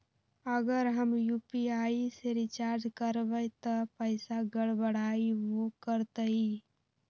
अगर हम यू.पी.आई से रिचार्ज करबै त पैसा गड़बड़ाई वो करतई?